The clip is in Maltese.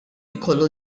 jkollu